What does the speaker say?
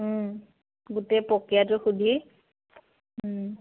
গোটেই প্ৰক্ৰিয়াটো সুধি